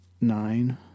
nine